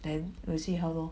then we'll see how lor